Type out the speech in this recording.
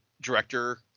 director